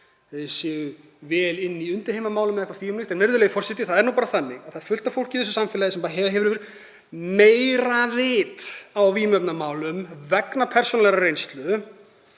þeir séu vel inni í undirheimamálum eða eitthvað því um líkt, en, virðulegi forseti, það er nú bara þannig að fullt af fólki í þessu samfélagi hefur meira vit á vímuefnamálum vegna persónulegrar reynslu